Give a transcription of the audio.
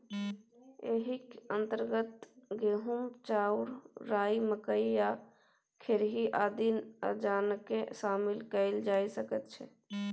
एहिक अंतर्गत गहूम, चाउर, राई, मकई आ खेरही आदि अनाजकेँ शामिल कएल जा सकैत छै